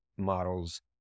models